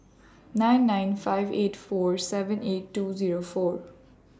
nine nine five eight four seven eight two Zero four